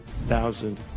thousand